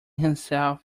himself